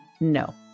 No